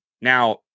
Now